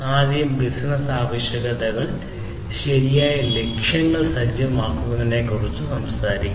ആദ്യം ബിസിനസ്സ് ആവശ്യകതകൾ ശരിയായ ലക്ഷ്യങ്ങൾ സജ്ജമാക്കുന്നതിനെക്കുറിച്ച് സംസാരിക്കുന്നു